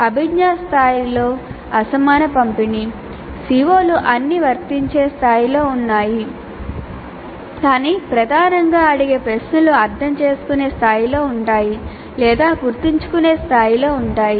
అభిజ్ఞా స్థాయిలలో అసమాన పంపిణీ CO లు అన్నీ వర్తించే స్థాయిలో ఉన్నాయి కానీ ప్రధానంగా అడిగే ప్రశ్నలు అర్థం చేసుకునే స్థాయిలో ఉంటాయి లేదా గుర్తుంచుకునే స్థాయిలో ఉంటాయి